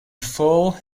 full